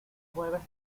jueves